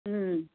હમ